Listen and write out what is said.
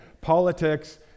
politics